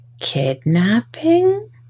kidnapping